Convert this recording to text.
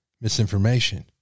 misinformation